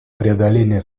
преодоления